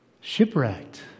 shipwrecked